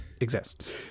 exist